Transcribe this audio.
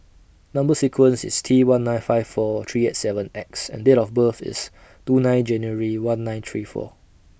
Number sequence IS T one nine five four three eight seven X and Date of birth IS two nine January one nine three four